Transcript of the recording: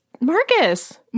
Marcus